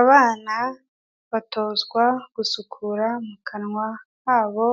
Abana batozwa gusukura mu kanwa habo